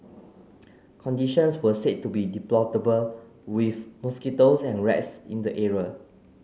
conditions were said to be deplorable with mosquitoes and rats in the area